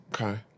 Okay